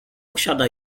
posiada